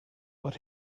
but